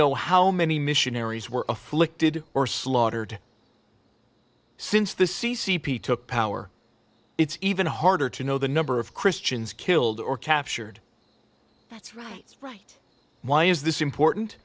know how many missionaries were afflicted or slaughtered since the c c p took power it's even harder to know the number of christians killed or captured that's right why is this important